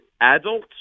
adult